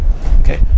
okay